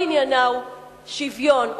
שכל עניינה הוא שוויון,